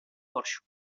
porxo